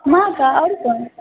माता आओर कोन